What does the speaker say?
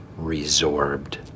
resorbed